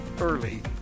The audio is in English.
early